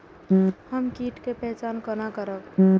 हम कीट के पहचान कोना करब?